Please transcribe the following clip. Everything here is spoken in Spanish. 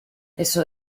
eso